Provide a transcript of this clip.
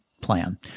plan